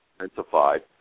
intensified